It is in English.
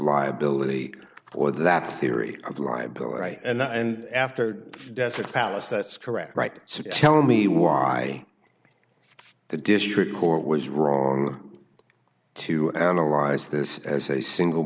liability or that theory of liability and and after death a palace that's correct right so tell me why the district court was wrong to analyze this as a single